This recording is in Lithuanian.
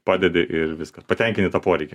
padedi ir viskas patenkini tą poreikį